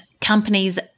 companies